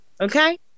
Okay